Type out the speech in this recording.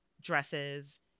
dresses